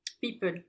People